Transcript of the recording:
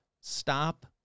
Stop